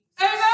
Amen